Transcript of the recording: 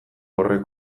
horrek